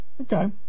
Okay